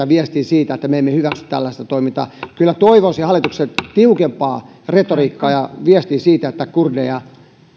viestiä siitä että me emme hyväksy tällaista toimintaa kyllä toivoisin hallitukselta tiukempaa retoriikkaa ja viestiä siitä että kurdeja